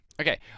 okay